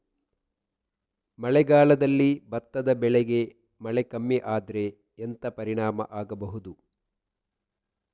ಮಳೆಗಾಲದಲ್ಲಿ ಭತ್ತದ ಬೆಳೆಗೆ ಮಳೆ ಕಮ್ಮಿ ಆದ್ರೆ ಎಂತ ಪರಿಣಾಮ ಆಗಬಹುದು?